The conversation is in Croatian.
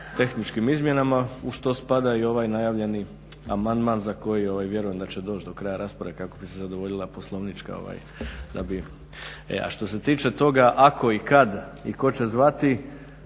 tehničkim izmjenama u što spada i ovaj najavljeni amandman za koji vjerujem da će doći do kraja rasprave kako bi se zadovoljila poslovnička. E a što se tiče toga ako i kad i tko će zvati,